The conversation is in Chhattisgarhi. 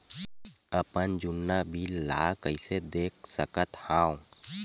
अपन जुन्ना बिल ला कइसे देख सकत हाव?